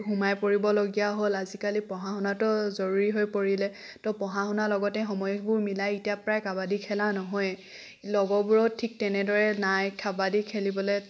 সোমাই পৰিবলগীয়া হ'ল আজিকালি পঢ়া শুনাটো জৰুৰী হৈ পৰিলে তো পঢ়া শুনাৰ লগতে সময়বোৰ মিলাই এতিয়া প্ৰায় কাবাডী খেলা নহয়েই লগবোৰৰ ঠিক তেনেদৰে নাই কাবাডী খেলিবলৈ